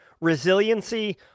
resiliency